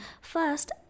first